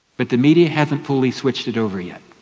but the media haven't fully switched it over yet.